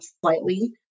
slightly